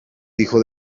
dijo